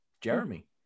Jeremy